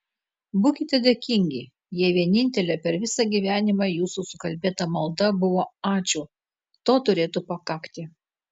būkite dėkingi jei vienintelė per visą gyvenimą jūsų sukalbėta malda buvo ačiū to turėtų pakakti